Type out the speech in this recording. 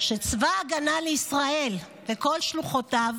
שצבא ההגנה לישראל וכל שלוחותיו,